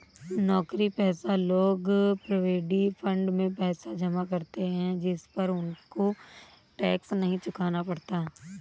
नौकरीपेशा लोग provident fund में पैसा जमा करते है जिस पर उनको टैक्स नहीं चुकाना पड़ता